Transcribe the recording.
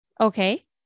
Okay